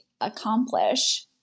accomplish